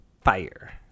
fire